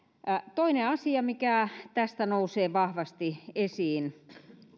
toinen asia mikä tästä nousee vahvasti esiin